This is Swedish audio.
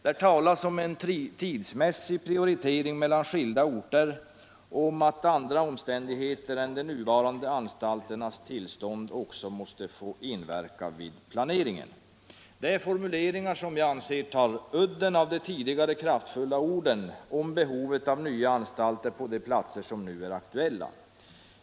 Man talar om en tidskrävande prioritering mellan skilda orter och framhåller att också andra omständigheter än de nuvarande anstalternas tillstånd måste få inverka vid planeringen. Det är formuleringar som jag anser tar udden av de tidigare kraftfulla orden om behovet av nya anstalter på de platser som nu är aktuella.